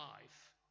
life